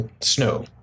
snow